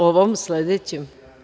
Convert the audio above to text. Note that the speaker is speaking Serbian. O ovom sledećem.